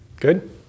Good